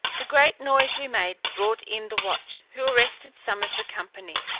the great noise we made brought in the watch, who arrested some of the company,